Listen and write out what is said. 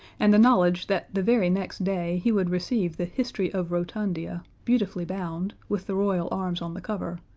and the knowledge that the very next day he would receive the history of rotundia, beautifully bound, with the royal arms on the cover,